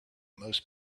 most